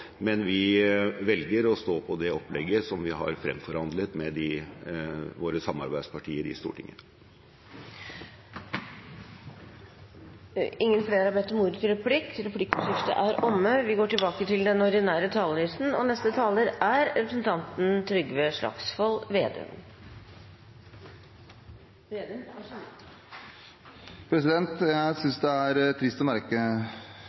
men vi velger å stå på det opplegget som vi har fremforhandlet med våre samarbeidspartier i Stortinget. Replikkordskiftet er omme. Jeg synes det er trist å merke